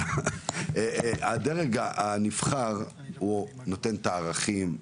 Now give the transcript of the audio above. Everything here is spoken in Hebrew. הדרג הנבחר הוא נותן את הערכים,